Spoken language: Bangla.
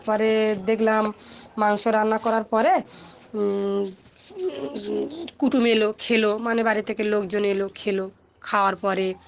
তারপরে দেখলাম মাংস রান্না করার পরে কুটুম এলো খেলো মানে বাড়ি থেকে লোকজন এলো খেলো খাওয়ার পরে